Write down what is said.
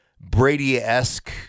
Brady-esque